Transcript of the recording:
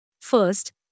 First